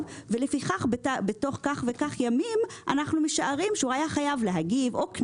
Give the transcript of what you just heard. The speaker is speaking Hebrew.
ולפיכך בתוך כך וכך ימים אנחנו משערים שהוא היה חייב להגיב או לשלם